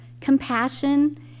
compassion